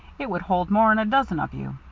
it would hold more'n a dozen of you.